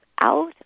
out